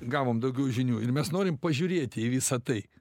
gavom daugiau žinių ir mes norim pažiūrėt į visa tai